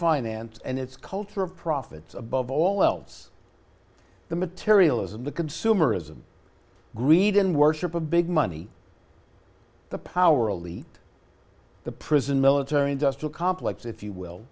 finance and its culture of profits above all else the materialism the consumerism greed in worship of big money the power elite the prison military industrial complex if you will